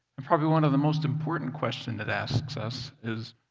and probably one of the most important questions it asks us is,